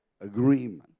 Agreement